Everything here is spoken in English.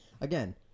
again